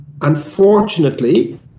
unfortunately